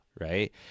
right